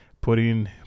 putting